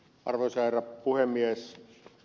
arvoisa herra puhemies